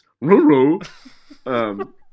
roo-roo